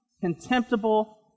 contemptible